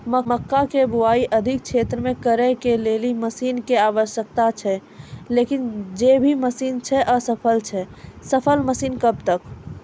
मक्का के बुआई अधिक क्षेत्र मे करे के लेली मसीन के आवश्यकता छैय लेकिन जे भी मसीन छैय असफल छैय सफल मसीन कब तक?